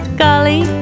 golly